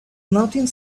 nothing